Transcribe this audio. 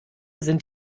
sind